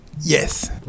yes